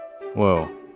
Whoa